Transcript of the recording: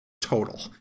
total